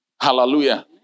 Hallelujah